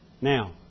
Now